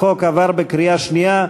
החוק עבר בקריאה שנייה.